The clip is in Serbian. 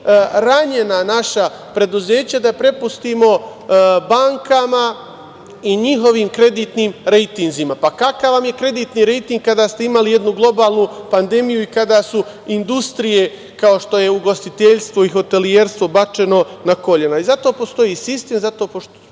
ranjena naša preduzeća da prepustimo bankama i njihovim kreditnim rejtinzima. Kakav vam je kreditni rejting kada ste imali jednu globalnu pandemiju i kada su industrije kao što je ugostiteljstvo i hotelijerstvo bačeno na kolena? Zato postoji sistem, zato postoji